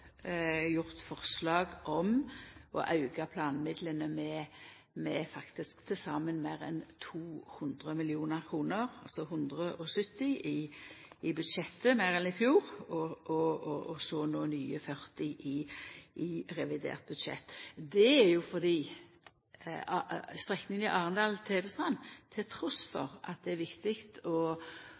forslag om å auka planmidlane med til saman meir enn 200 mill. kr – 170 mill. meir enn i fjor i budsjettet, og så no nye 40 mill. i revidert budsjett. Det er fordi strekninga Arendal–Tvedestrand, trass i at det er viktig å